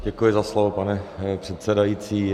Děkuji za slovo, pane předsedající.